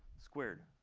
squared.